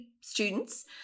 students